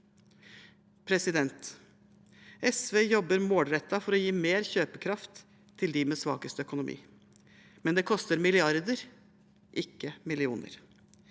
SV jobber målrettet for å gi mer kjøpekraft til dem med svakest økonomi, men det koster milliarder, ikke millioner.